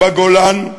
בגולן,